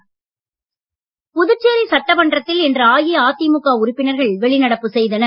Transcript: வெளிநடப்பு புதுச்சேரி சட்டமன்றத்தில் இன்று அஇஅதிமுக உறுப்பினர்கள் வெளிநடப்பு செய்தனர்